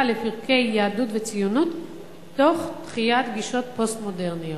לפרקי יהדות וציונות תוך דחיית גישות פוסט-מודרניות?